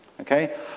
Okay